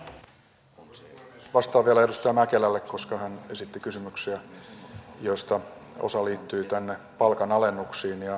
vastaan vielä edustaja mäkelälle koska hän esitti kysymyksiä joista osa liittyi palkanalennuksiin ja sitten osa maahanmuuttoon